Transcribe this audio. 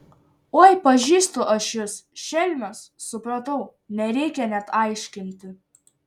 oi pažįstu aš jus šelmes supratau nereikia net aiškinti